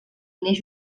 neix